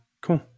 cool